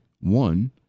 one